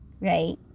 right